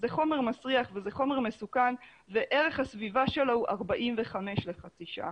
זה חומר מסריח וזה חומר מסוכן וערך הסביבה שלו הוא 45 לחצי שעה.